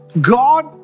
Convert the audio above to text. God